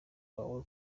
wawe